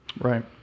Right